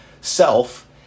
self